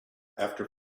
after